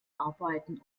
arbeiten